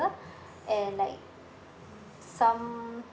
and like some